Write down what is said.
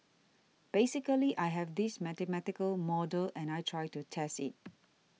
basically I have this mathematical model and I tried to test it